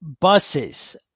buses